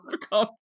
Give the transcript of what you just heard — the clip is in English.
become